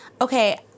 okay